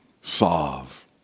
solve